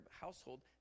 household